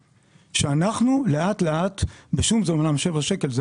אנחנו לאט לאט בשום זה אמנם שבעה שקלים,